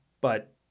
But-